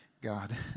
God